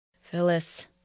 Phyllis